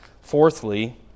Fourthly